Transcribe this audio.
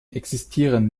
existieren